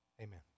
Amen